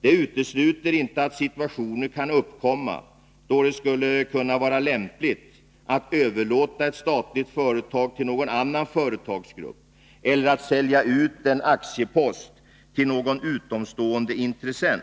Det utesluter inte att situationer kan uppkomma då det skulle kunna vara lämpligt att överlåta ett statligt företag till någon annan företagsgrupp eller att sälja ut en aktiepost till någon utomstående intressent.